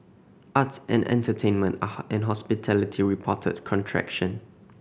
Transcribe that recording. arts and entertainment and hospitality reported contraction